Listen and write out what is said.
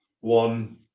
one